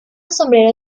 sombrero